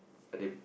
are they